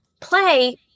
play